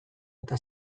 eta